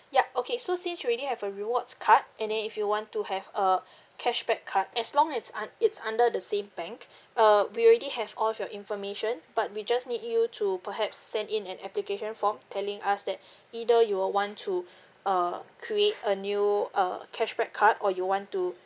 ya okay so since you already have a rewards card and then if you want to have a cashback card as long as un~ it's under the same bank uh we already have all of your information but we just need you to perhaps send in an application form telling us that either you would want to uh create a new uh cashback card or you want to